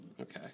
Okay